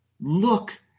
Look